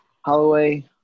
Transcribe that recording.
Holloway